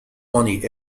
money